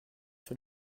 sur